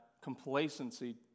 complacency